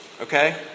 Okay